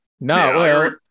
No